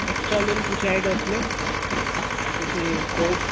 extra meal کچھ آئے گا جیسے کوک